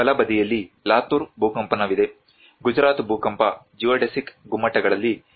ಬಲಬದಿಯಲ್ಲಿ ಲಾತೂರ್ ಭೂಕಂಪನವಿದೆ ಗುಜರಾತ್ ಭೂಕಂಪ ಜಿಯೋಡೆಸಿಕ್ ಗುಮ್ಮಟಗಳಲ್ಲಿ ಚೇತರಿಕೆ ಇದೆ